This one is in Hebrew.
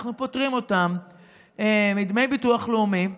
אנחנו פוטרים אותם מדמי ביטוח לאומי,